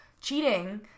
cheating